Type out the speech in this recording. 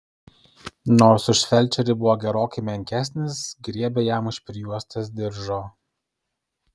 nors už felčerį buvo gerokai menkesnis griebė jam už prijuostės diržo